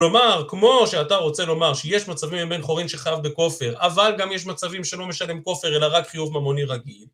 כלומר, כמו שאתה רוצה לומר שיש מצבים עם בן חורין שחייב בכופר, אבל גם יש מצבים שלא משלם כופר, אלא רק חיוב ממוני רגיל.